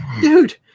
dude